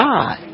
God